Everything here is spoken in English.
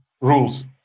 rules